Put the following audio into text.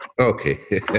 Okay